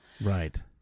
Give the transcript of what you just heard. Right